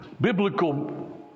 Biblical